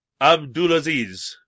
Abdulaziz